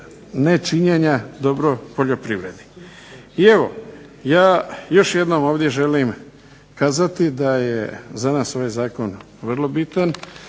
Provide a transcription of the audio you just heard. nečinjenja dobro poljoprivredi. I evo, ja još jednom ovdje želim kazati da je za nas ovaj zakon vrlo bitan,